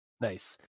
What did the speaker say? nice